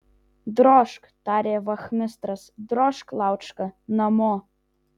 drožk tarė vachmistras drožk laučka namo